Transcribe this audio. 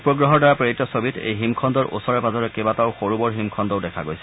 উপগ্ৰহৰ দ্বাৰা প্ৰেৰিত ছবিত এই হিমখণ্ডৰ ওচৰে পাঁজৰে কেইবাটাও সৰু বৰ হিমখণ্ডও দেখা গৈছে